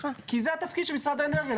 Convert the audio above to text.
כי זה התפקיד של משרד האנרגיה.